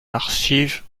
archives